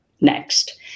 next